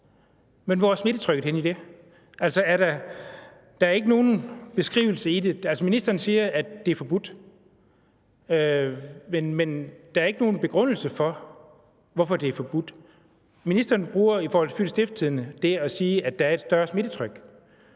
Men hvor er smittetrykket henne i det? Altså, ministeren siger, at det er forbudt. Men der er ikke nogen begrundelse for, hvorfor det er forbudt. Ministeren bruger i forhold til Fyens Stiftstidende det at sige, at der er et større smittetryk.